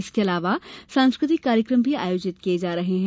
इसके अलावा सांस्कृतिक कार्यक्रम भी आयोजित किये जा रहे हैं